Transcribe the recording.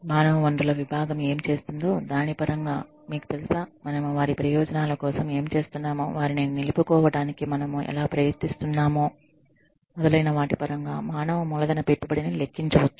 మానవ వనరుల విభాగం ఏమి చేస్తుందో దాని పరంగా మీకు తెలుసా మనము వారి ప్రయోజనాల కోసం ఏమి చేస్తున్నామో వారిని నిలుపుకోవటానికి మనము ఎలా ప్రయత్నిస్తున్నామో మొదలైన వాటి పరంగా మానవ మూలధన పెట్టుబడిని లెక్కించవచ్చు